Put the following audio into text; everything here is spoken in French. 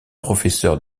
professeur